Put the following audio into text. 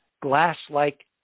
glass-like